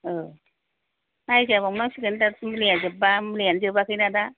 औ नायजाबावनांसिगोन दा मुलिया जोब्बा मुलियानो जोबाखैना दा